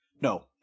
No